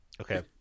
Okay